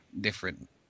different